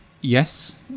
Yes